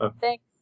Thanks